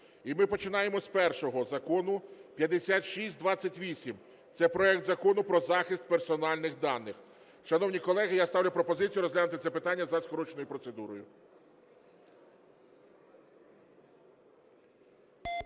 І ми починаємо з першого закону – 5628. Це проект Закону про захист персональних даних. Шановні колеги, я ставлю пропозицію розглянути це питання за скороченою процедурою.